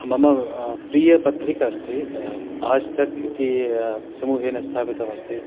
मम प्रियपत्रिकास्ति आज् तक् इति समूहेन स्थापितमस्ति